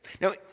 Now